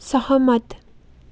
सहमत